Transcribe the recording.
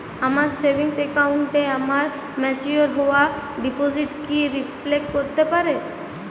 আমার সেভিংস অ্যাকাউন্টে আমার ম্যাচিওর হওয়া ডিপোজিট কি রিফ্লেক্ট করতে পারে?